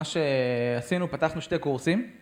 מה ש... עשינו, פתחנו שתי קורסים...